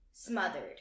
Smothered